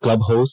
club house